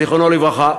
זיכרונו לברכה,